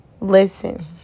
Listen